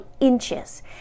inches